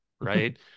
Right